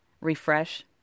Refresh